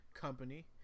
company